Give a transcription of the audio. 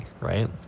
right